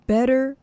better